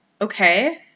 Okay